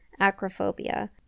acrophobia